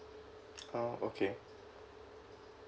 oh okay